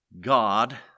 God